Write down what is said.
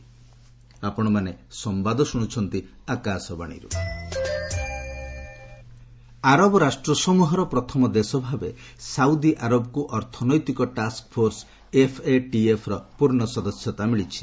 Saudi FATF Arab ରାଷ୍ଟ୍ର ସମୂହର ପ୍ରଥମ ଦେଶ ଭାବେ ସାଉଦିଆରବକୁ ଅର୍ଥନୈତିକ ଟାସ୍କଫୋର୍ସ ଏଫ୍ଏଟିଏଫ୍ର ପୂର୍ଣ୍ଣ ସଦସ୍ୟତା ମିଳିଛି